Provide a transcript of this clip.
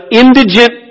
indigent